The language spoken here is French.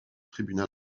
tribunal